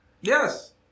Yes